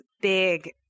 big